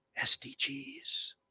SDGs